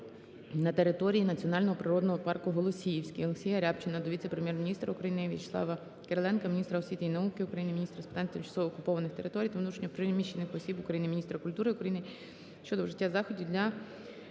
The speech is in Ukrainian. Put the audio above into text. на території Національного природного парку "Голосіївський". Олексія Рябчина до віце-прем'єр-міністра України В’ячеслава Кириленка, міністра освіти і науки України, міністра з питань тимчасово окупованих територій та внутрішньо переміщених осіб України, міністра культури України щодо вжиття заходів